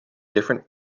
different